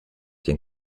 den